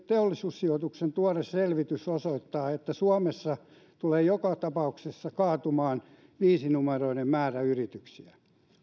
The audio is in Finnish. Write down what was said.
teollisuussijoituksen tuore selvitys osoittaa että suomessa tulee joka tapauksessa kaatumaan viisinumeroinen määrä yrityksiä